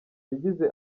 yagize